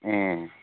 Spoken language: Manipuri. ꯎꯝ